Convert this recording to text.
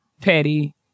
petty